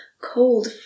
cold